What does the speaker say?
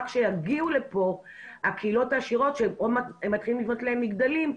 רק שיגיעו לפה הקהילות העשירות שעוד מעט מתחילים לבנות להם מגדלים,